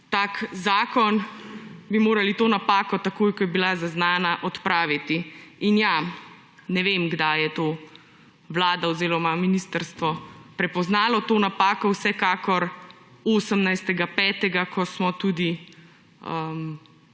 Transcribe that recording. tak zakon, bi morali to napako takoj, ko je bila zaznana, odpraviti. In ja, ne vem, kdaj je to vlada oziroma ministrstvo prepoznalo to napako. Vsekakor 18. 5., ko smo tudi